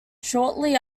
shortly